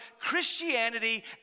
Christianity